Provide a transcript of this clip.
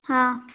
ହଁ